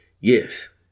yes